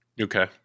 Okay